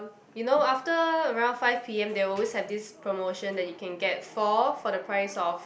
you know after around five p_m they always have this promotion that you can get four for the price of